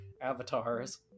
avatars